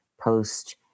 post